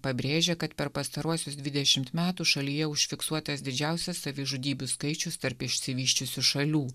pabrėžė kad per pastaruosius dvidešimt metų šalyje užfiksuotas didžiausias savižudybių skaičius tarp išsivysčiusių šalių